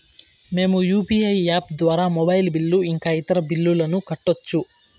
మేము UPI app ద్వారా mobile bill ఇంకా ఇతర బిల్లులను కట్టొచ్చు